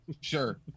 Sure